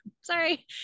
sorry